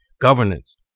governance